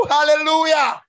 Hallelujah